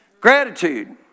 Gratitude